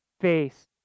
face